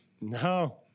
No